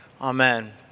amen